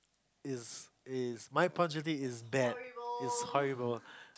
is is my punctuality is bad is horrible